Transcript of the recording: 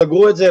סגרו את זה.